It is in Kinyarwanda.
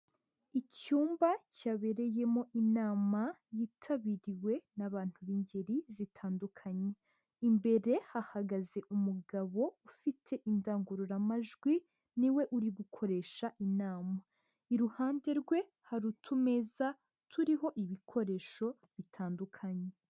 Icyumba cyabereyemo inama yitabiriwe n'abantu b'ingeri zitandukanye, imbere hahagaze umugabo ufite indangururamajwi, ni we uri gukoresha inama. Iruhande rwe hari utumeza turiho ibikoresho bitandukanye.